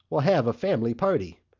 we'll have a family party.